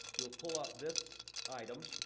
you'll pull up this item.